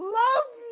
love